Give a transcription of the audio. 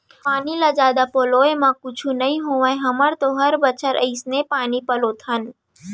पानी ल जादा पलोय म कुछु नइ होवय हमन तो हर बछर अइसने पानी पलोथन